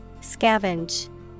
Scavenge